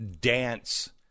dance